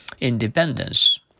Independence